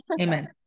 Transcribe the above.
Amen